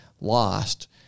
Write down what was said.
lost